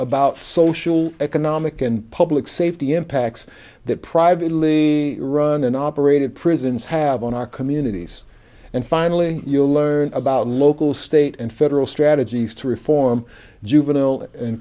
about social economic and public safety impacts that privately run and operated prisons have on our communities and finally you learn about local state and federal strategies to reform juvenile